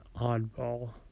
oddball